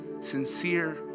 sincere